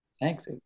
Thanks